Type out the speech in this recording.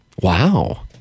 Wow